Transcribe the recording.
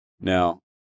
Now